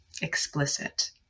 explicit